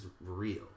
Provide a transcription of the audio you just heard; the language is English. real